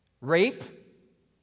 rape